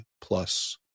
plus